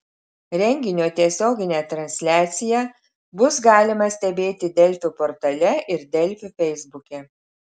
renginio tiesioginę transliaciją bus galima stebėti delfi portale ir delfi feisbuke